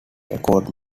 records